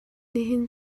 nihin